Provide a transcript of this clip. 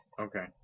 Okay